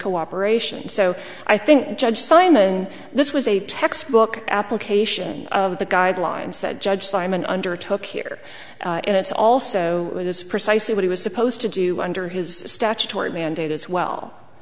cooperation so i think judge simon this was a textbook application of the guidelines that judge simon undertook here and it's also it is precisely what he was supposed to do under his statutory mandate as